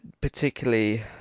particularly